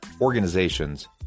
organizations